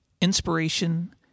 inspiration